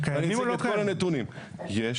אני אציג את כל הנתונים.